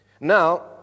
Now